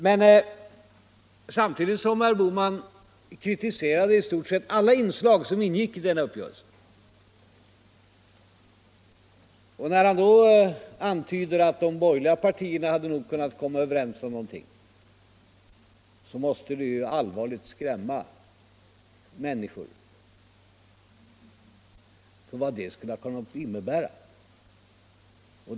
Men samtidigt som herr Bohman kritiserade i stort sett alla inslag som ingick i skatteuppgörelsen och antydde att de borgerliga partierna nog hade kunnat komma överens om någonting måste det som skulle kunnat hända allvarligt skrämma människor.